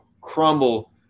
crumble